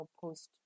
post